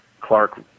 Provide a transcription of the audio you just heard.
Clark